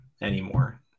anymore